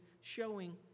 showing